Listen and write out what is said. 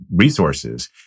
resources